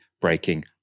breaking